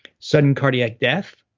sudden cardiac death,